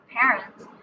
parents